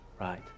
Right